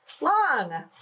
long